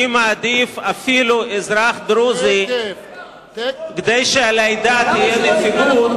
אני מעדיף אפילו אזרח דרוזי כדי שלעדה תהיה נציגות.